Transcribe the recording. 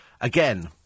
again